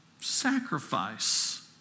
sacrifice